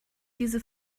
diese